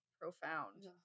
profound